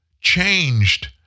changed